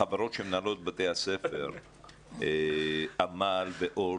החברות שמנהלות בתי ספר עמל ואורט,